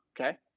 Okay